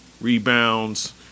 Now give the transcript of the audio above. rebounds